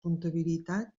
comptabilitat